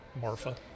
Marfa